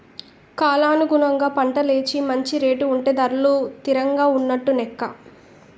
కాలానుగుణంగా పంటలేసి మంచి రేటు ఉంటే ధరలు తిరంగా ఉన్నట్టు నెక్క